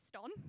on